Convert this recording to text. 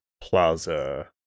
plaza